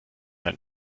ein